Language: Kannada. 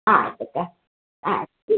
ಆಯ್ತಕ್ಕ ಆಯ್ತು ಹ್ಞೂ